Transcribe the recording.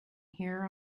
hear